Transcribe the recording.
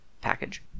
package